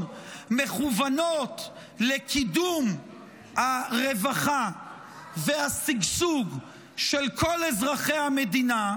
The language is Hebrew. מכוונות לקידום הרווחה והשגשוג של כל אזרחי המדינה,